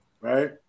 Right